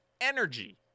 energy